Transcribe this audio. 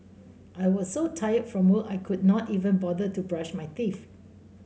I was so tired from work I could not even bother to brush my teeth